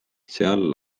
seal